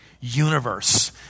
universe